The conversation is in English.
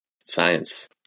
Science